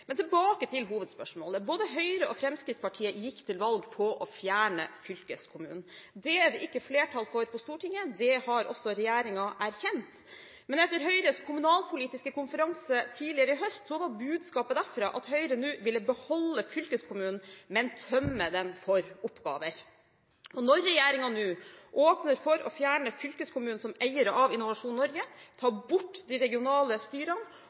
Tilbake til hovedspørsmålet. Både Høyre og Fremskrittspartiet gikk til valg på å fjerne fylkeskommunen. Det er det ikke flertall for på Stortinget. Det har også regjeringen erkjent. Men etter Høyres kommunalpolitiske konferanse tidligere i høst var budskapet derfra at Høyre nå ville beholde fylkeskommunen, men tømme den for oppgaver. Når regjeringen nå åpner for å fjerne fylkeskommunen som eier av Innovasjon Norge og å ta bort de regionale styrene,